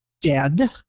dead